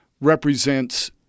represents